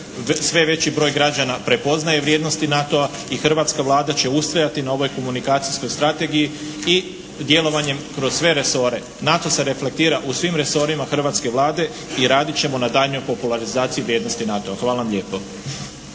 sve veći broj građana prepoznaje vrijednosti NATO-a i hrvatska Vlada će ustrajati na ovoj komunikacijskoj strategiji i djelovanjem kroz sve resore. NATO se reflektira u svim resorima hrvatske Vlade i radit ćemo na daljnjoj popularizaciji vrijednosti NATO-a. Hvala vam lijepo.